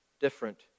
different